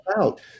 out